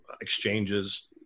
exchanges